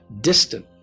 distant